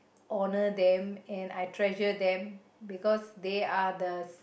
honor them and I treasure them because they are the